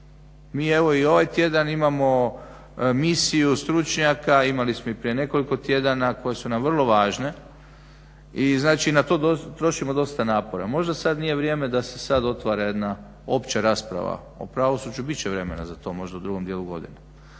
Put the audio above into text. i ovaj tjedan imamo misiju stručnjaka, imali smo i prije nekoliko tjedana, koje su nam vrlo važne. I znači i na to trošimo dosta napora. Možda sad nije vrijeme da se sad otvara rasprava o pravosuđu, bit će vremena za to možda u drugom dijelu godine.